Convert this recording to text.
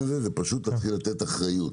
זה לתת אחריות.